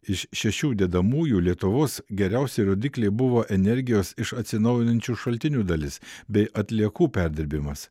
iš šešių dedamųjų lietuvos geriausi rodikliai buvo energijos iš atsinaujinančių šaltinių dalis bei atliekų perdirbimas